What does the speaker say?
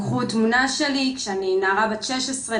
לקחו תמונה שלי כשאני נערה בת 16,